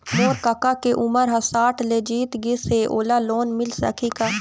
मोर कका के उमर ह साठ ले जीत गिस हे, ओला लोन मिल सकही का?